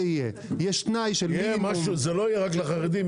זה לא רק לחרדים.